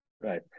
Right